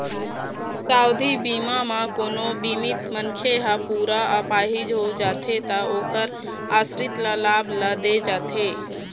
सावधि बीमा म कोनो बीमित मनखे ह पूरा अपाहिज हो जाथे त ओखर आसरित ल लाभ ल दे जाथे